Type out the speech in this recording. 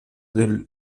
del